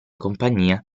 compagnia